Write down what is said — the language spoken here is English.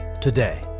today